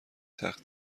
تخت